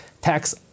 Tax